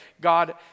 God